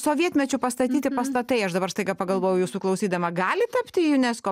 sovietmečiu pastatyti pastatai aš dabar staiga pagalvojau jūsų klausydama gali tapti unesco